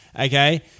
okay